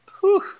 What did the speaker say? Whew